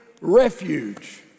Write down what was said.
refuge